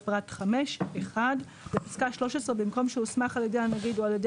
בפרט 5 (1) בפסקה 13 במקום "שהוסמך על ידי הנגיד או על ידי